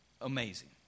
amazing